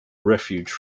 refuge